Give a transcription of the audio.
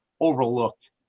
overlooked